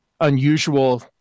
unusual